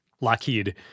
Lockheed